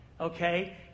okay